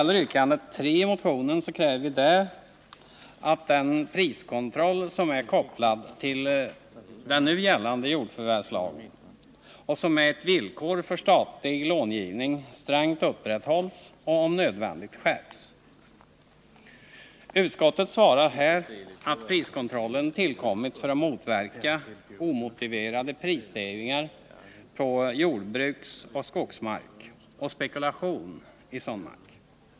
T yrkandet 3 i motionen kräver vi att den priskontroll som är kopplad till nu gällande jordförvärvslag och som är ett villkor för statlig långivning strängt upprätthålls och om nödvändigt skärps. Utskottet svarar här att priskontrollen tillkommit för att motverka omotiverade prisstegringar på jordbruksoch skogsmark och spekulation i sådan mark.